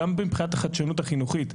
גם מבחינת החשדנות החינוכית.